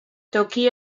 toki